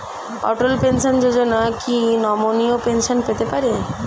অটল pension Yojana কি নমনীয় pension পেতে পারে?